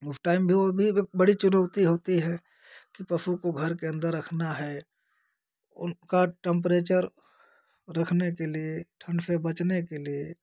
उस टाइम भी वो भी एक बड़े चुनौती होती है कि पशु को घर के अंदर रखना है उनका टम्परेचर रखने के लिए ठंड से बचने के लिए